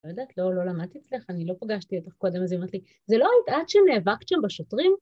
לא יודעת, לא, לא למדתי אצלך, אני לא פגשתי אותך קודם, אז היא אומרת לי, זה לא הייתה את שנאבקת שם בשוטרים?